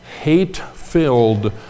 hate-filled